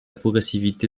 progressivité